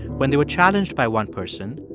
when they were challenged by one person,